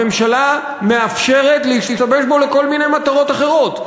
הממשלה מאפשרת להשתמש בו לכל מיני מטרות אחרות,